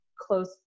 close